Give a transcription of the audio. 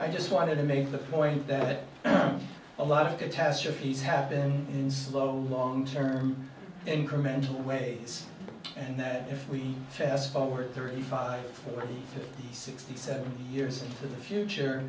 i just wanted to make the point that a lot of catastrophes have been in slow long term incremental ways and that if we fast forward thirty five forty fifty sixty seventy years into the future